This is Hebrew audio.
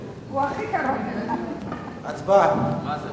הצבעה.